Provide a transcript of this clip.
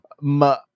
Ma